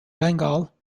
bengal